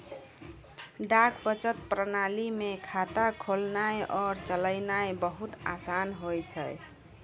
डाक बचत प्रणाली मे खाता खोलनाय आरु चलैनाय बहुते असान होय छै